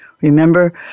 Remember